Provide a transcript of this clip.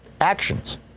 actions